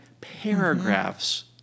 paragraphs